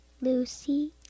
Lucy